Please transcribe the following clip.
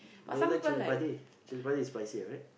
but you like chilli-padi chilli-padi is spicier right